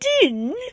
din